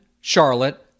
Charlotte